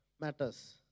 matters